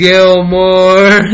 Gilmore